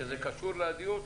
שזה קשור לדיון?